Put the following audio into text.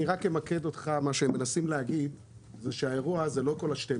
אני רק אמקד אותך: מה שהם מנסים להגיד זה שהאירוע זה לא כל ה-12,